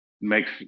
makes